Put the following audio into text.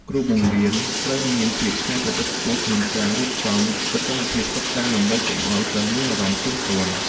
គ្រូបង្រៀនត្រូវមានភាពច្នៃប្រឌិតខ្ពស់ក្នុងការរៀបចំសកម្មភាពសិក្សា ដើម្បីកុំឱ្យសិស្សមានអារម្មណ៍ធុញទ្រាន់។